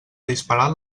disparat